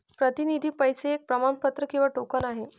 प्रतिनिधी पैसे एक प्रमाणपत्र किंवा टोकन आहे